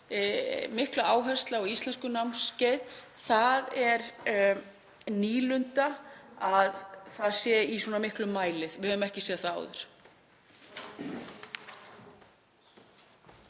mikla áhersla á íslenskunámskeið er nýlunda í svona miklum mæli. Við höfum ekki séð það áður.